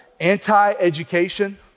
anti-education